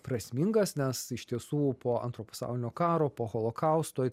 prasmingas nes iš tiesų po antro pasaulinio karo po holokausto